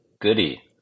goody